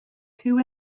two